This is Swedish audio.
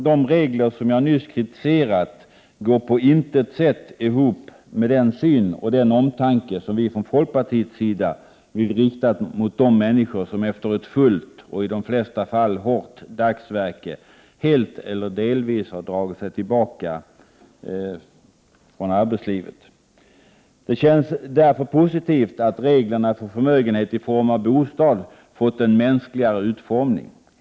De regler som jag nyss kritiserat går på intet sätt ihop med den syn och den omtanke som vi från folkpartiets sida vill rikta mot de människor som efter ett fullt och i de flesta fall hårt dagsverke helt eller delvis dragit sig tillbaka ifrån arbetslivet. Det känns därför positivt att reglerna för förmögenhet i form av bostad fått en mänskligare utformning.